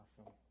Awesome